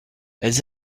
elles